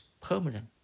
permanent